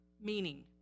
meaning